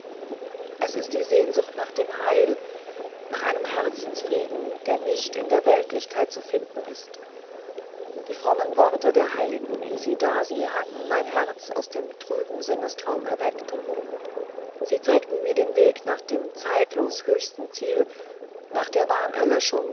es ist die sehnsucht nach dem heil nach einem herzensfrieden der nicht in der weltlichkeit zu finden ist die frommen worte der heiligen isidasi haben mein herz aus dem trüben sinnentraum erweckt sie zeigten mir den weg nach dem zeitlosen höchsten ziel nach der